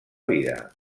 vida